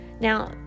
Now